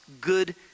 good